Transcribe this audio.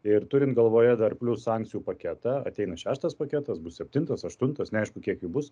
ir turint galvoje dar plius sankcijų paketą ateina šeštas paketas bus septintas aštuntas neaišku kiek jų bus